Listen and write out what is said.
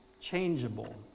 changeable